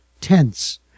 tense